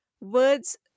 words